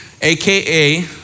aka